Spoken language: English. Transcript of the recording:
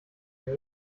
been